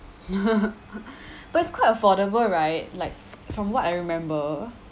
but it's quite affordable right like from what I remember